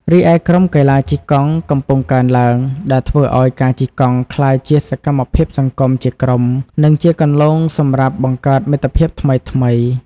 រីឯក្រុមកីឡាជិះកង់កំពុងកើនឡើង ដែលធ្វើឲ្យការជិះកង់ក្លាយជាសកម្មភាពសង្គមជាក្រុម និងជាគន្លងសម្រាប់បង្កើតមិត្តភាពថ្មីៗ។